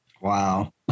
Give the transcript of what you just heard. Wow